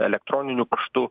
elektroniniu paštu